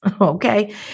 Okay